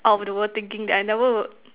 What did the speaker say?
out of the world thinking that I never would